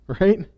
right